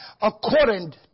according